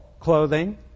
clothing